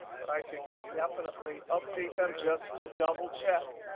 but i could definitely update them just to double check